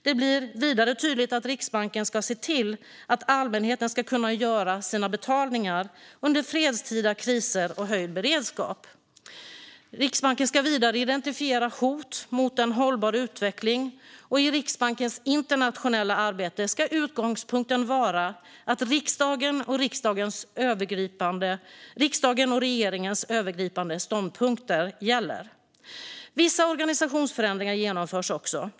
Det blir tydligt att Riksbanken ska se till att allmänheten ska kunna göra sina betalningar under fredstida kriser och höjd beredskap. Riksbanken ska vidare identifiera hot mot en hållbar utveckling, och i Riksbankens internationella arbete ska utgångspunkten vara att riksdagens och regeringens övergripande ståndpunkter gäller. Vissa organisationsförändringar genomförs också.